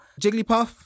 Jigglypuff